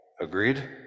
Agreed